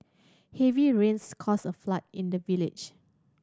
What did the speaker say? heavy rains caused a flood in the village